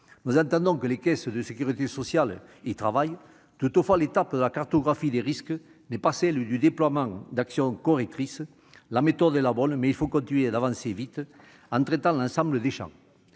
Nous entendons que les caisses de Sécurité sociale y travaillent. Toutefois, l'étape de la cartographie des risques n'est pas celle du déploiement d'actions correctrices. La méthode est la bonne, mais il faut continuer d'avancer vite, en traitant l'ensemble des champs.